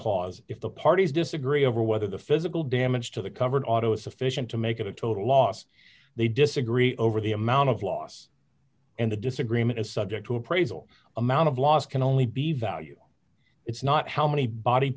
cause if the parties disagree over whether the physical damage to the covered auto is sufficient to make a total loss they disagree over the amount of loss and the disagreement is subject to appraisal amount of loss can only be value it's not how many body